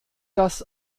das